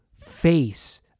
face